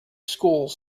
schools